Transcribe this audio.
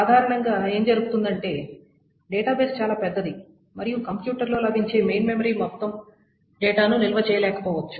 సాధారణంగా ఏమి జరుగుతుందంటే డేటాబేస్ చాలా పెద్దది మరియు కంప్యూటర్లో లభించే మెయిన్ మెమరీ మొత్తం డేటాను నిల్వ చేయలేకపోవచ్చు